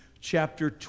chapter